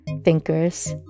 thinkers